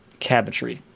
cabinetry